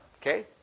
Okay